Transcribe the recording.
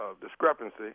discrepancy